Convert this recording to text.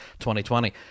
2020